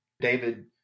David